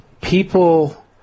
people